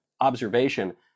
observation